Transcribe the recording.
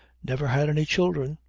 never had any children,